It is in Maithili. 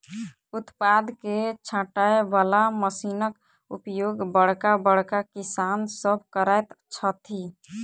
उत्पाद के छाँटय बला मशीनक उपयोग बड़का बड़का किसान सभ करैत छथि